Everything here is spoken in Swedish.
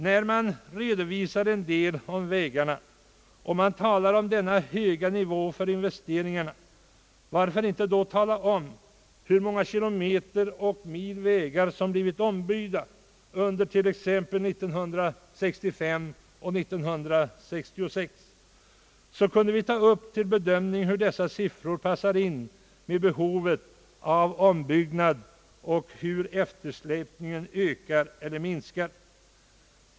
När det nu redovisas en del fakta om vägarna och det talas om denna höga nivå för investeringarna, varför inte då tala om hur många kilometer eller mil vägar som blivit ombyggda under exempelvis år 1965 och 1966? Då kunde vi ta upp till bedömning hur dessa siffror passar in med behovet av ombyggnad och hur eftersläpningen ökar eller minskar.